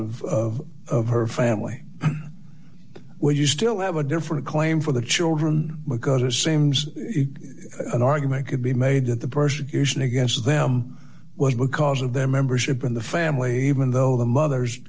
because of her family would you still have a different claim for the children because it seems an argument could be made that the persecution against them was because of their membership in the family even though the mother